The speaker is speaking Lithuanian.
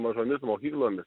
mažomis mokyklomis